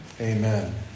Amen